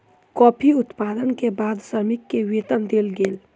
coffee उत्पादन के बाद श्रमिक के वेतन देल गेल